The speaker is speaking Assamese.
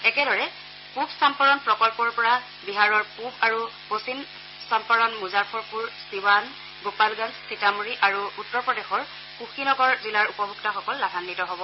একেদৰে পূব চাম্পৰণ প্ৰকল্পৰ পৰা বিহাৰৰ পূব আৰু পশ্চিম চম্পাৰণ মুজাফৰপুৰ চিৱান গোপালগঞ্জ সীতামঢ়ি আৰু উত্তৰ প্ৰদেশৰ কুশি নগৰ জিলাৰ উপভোক্তাসকল লাভান্নিত হ'ব